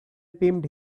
pimped